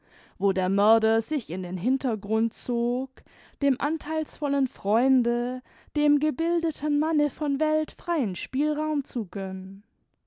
wo der mörder sich in den hintergrund zog dem antheilsvollen freunde dem gebildeten manne von welt freien spielraum zu gönnen